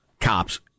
cops